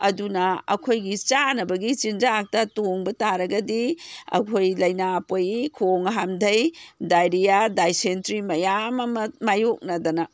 ꯑꯗꯨꯅ ꯑꯩꯈꯣꯏꯒꯤ ꯆꯥꯅꯕꯒꯤ ꯆꯤꯟꯖꯥꯛꯇ ꯇꯣꯡꯕ ꯇꯥꯔꯒꯗꯤ ꯑꯩꯈꯣꯏ ꯂꯩꯅꯥ ꯄꯣꯛꯏ ꯈꯣꯡ ꯍꯥꯝꯗꯩ ꯗꯥꯏꯔꯤꯌꯥ ꯗꯥꯏꯁꯦꯟꯇ꯭ꯔꯤ ꯃꯌꯥꯝ ꯑꯃ ꯃꯥꯏꯌꯣꯛꯅꯗꯅ